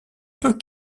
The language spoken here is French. peut